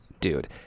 dude